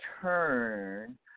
turn